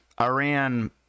Iran